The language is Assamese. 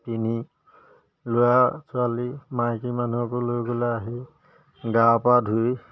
পিন্ধি ল'ৰা ছোৱালী মাইকী মানুহকো লৈ গ'লে আহি গা পা ধুই